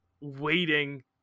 waiting